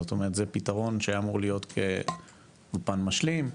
זאת אומרת שזה פתרון שאמור להיות פן משלים,